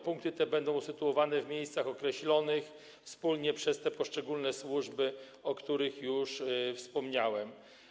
Punkty te będą usytuowane w miejscach określonych wspólnie przez poszczególne służby, o których już wspomniałem.